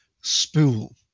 spool